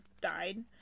died